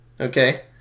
Okay